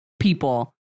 people